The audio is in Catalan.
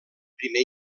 primer